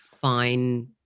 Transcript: fine